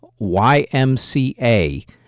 YMCA